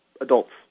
adults